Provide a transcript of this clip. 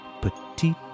petite